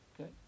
Okay